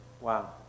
Wow